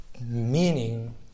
meaning